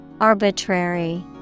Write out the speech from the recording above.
Arbitrary